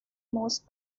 most